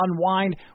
unwind